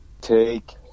Take